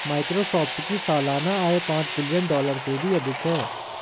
Microsoft की सालाना आय पांच बिलियन डॉलर से भी अधिक है